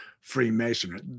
Freemasonry